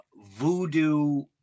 voodoo